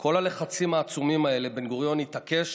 כל הלחצים העצומים האלה בן-גוריון התעקש,